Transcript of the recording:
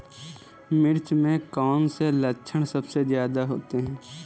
मिर्च में कौन से लक्षण सबसे ज्यादा होते हैं?